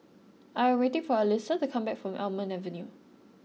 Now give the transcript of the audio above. I am waiting for Alysia to come back from Almond Avenue